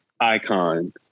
icon